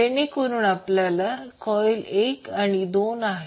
जेणेकरून आपल्याकडे कॉइल एक आणि दोन आहेत